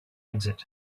exit